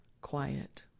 quiet